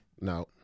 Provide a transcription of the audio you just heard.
no